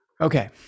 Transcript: okay